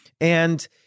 and-